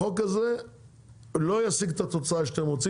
החוק הזה לא ישיג את התוצאה שאתם רוצים